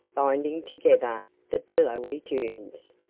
binding together the billowy dunes.